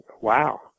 wow